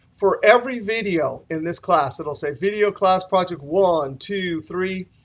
for every video in this class, it'll say video class project one, two, three,